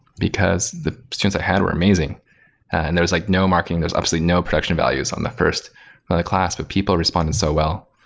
because the students i had were amazing and there was like no like marketing. there's absolutely no production values on the first but class, but people responding so well.